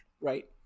Right